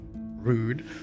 rude